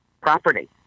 property